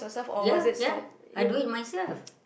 ya ya I do it myself